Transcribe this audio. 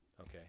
Okay